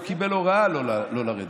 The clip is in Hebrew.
הוא קיבל הוראה לא לרדת